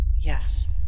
Yes